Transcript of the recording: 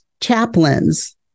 Chaplains